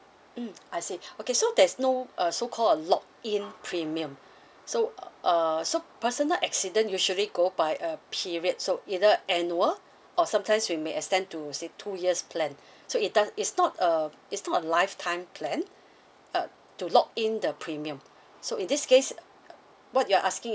mm I see okay so there's no uh so call a lock in premium so err so personal accident usually go by a period so either annual or sometimes we may extend to say two years plan so it does it's not a it's not a lifetime plan uh to lock in the premium so in this case what you are asking